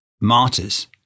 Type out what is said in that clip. martyrs